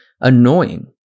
annoying